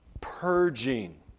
purging